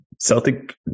Celtic